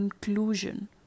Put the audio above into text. conclusion